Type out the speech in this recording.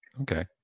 Okay